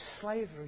slavery